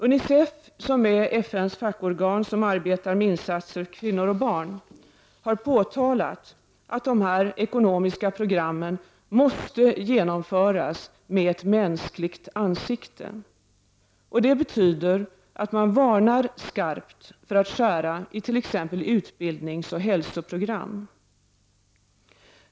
UNICEF, som är det av FN:s fackorgan som arbetar med insatser för kvinnor och barn, har påtalat att de ekonomiska strukturprogrammen måste genomföras med ett mänskligt ansikte. Det betyder att man varnar skarpt för att skära it.ex. utbildningsoch hälsoprogram.